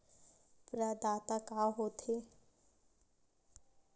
प्रदाता का हो थे?